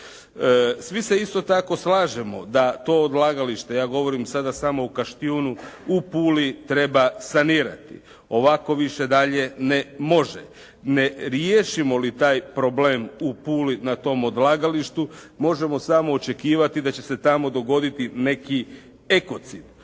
Svi se isto tako slažemo da to odlagalište ja govorim sada samo o Kaštjunu u Puli treba sanirati. Ovako više dalje ne može. Ne riješimo li taj problem u Puli na tom odlagalištu možemo samo očekivati da će se tamo dogoditi ekocid.